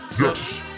Yes